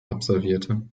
absolvierte